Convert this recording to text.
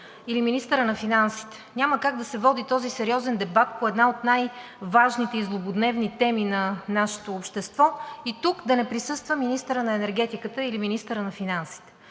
или министърът на финансите. Няма как да се води този сериозен дебат по една от най-важните и злободневни теми на нашето общество и тук да не присъства министърът на енергетиката или министърът на финансите.